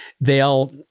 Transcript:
they'll-